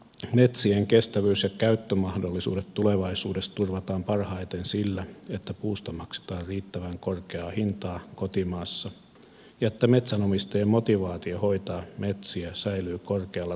kotimaisten metsien kestävyys ja käyttömahdollisuudet tulevaisuudessa turvataan parhaiten sillä että puusta maksetaan riittävän korkeaa hintaa kotimaassa ja että metsänomistajien motivaatio hoitaa metsiä säilyy korkealla tasolla